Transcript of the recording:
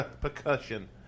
percussion